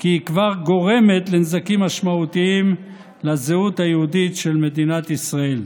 כי היא כבר גורמת לנזקים משמעותיים לזהות היהודית של מדינת ישראל.